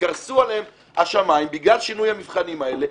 וקרסו עליהם השמיים בגלל שינוי המבחנים האלה